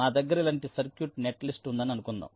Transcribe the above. నా దగ్గర ఇలాంటి సర్క్యూట్ నెట్లిస్ట్ ఉందని అనుకుందాం